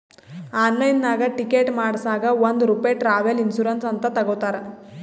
ಆನ್ಲೈನ್ನಾಗ್ ಟಿಕೆಟ್ ಮಾಡಸಾಗ್ ಒಂದ್ ರೂಪೆ ಟ್ರಾವೆಲ್ ಇನ್ಸೂರೆನ್ಸ್ ಅಂತ್ ತಗೊತಾರ್